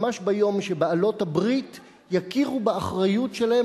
ממש ביום שבעלות-הברית יכירו באחריות שלהן